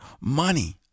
money